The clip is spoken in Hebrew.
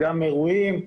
אירועים,